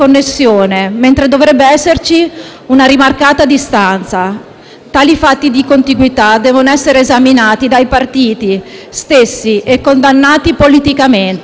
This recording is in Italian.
una rimarcata distanza. Tali fatti, tali elementi di contiguità devono essere esaminati dai partiti stessi e condannati politicamente. Diceva infatti Borsellino…